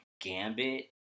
Gambit